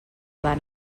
van